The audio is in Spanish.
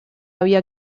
había